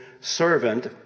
servant